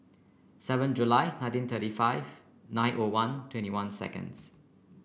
seven July nineteen thirty five nine O one twenty one seconds